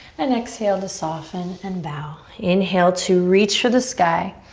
and exhale to soften and bow. inhale to reach for the sky.